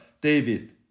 David